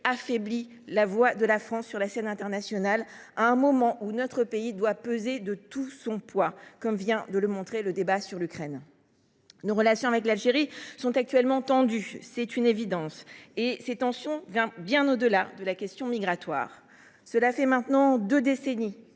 affaiblit la voix de la France sur la scène internationale, à un moment où notre pays doit y peser de tout son poids – le débat sur l’Ukraine vient de le montrer. Nos relations avec l’Algérie sont actuellement tendues – c’est une évidence – et les tensions vont bien au delà de la question migratoire. Voilà maintenant deux décennies